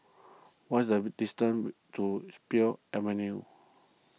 what is the distance to pill Avenue